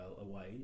away